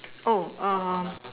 oh err